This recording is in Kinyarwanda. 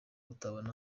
utabona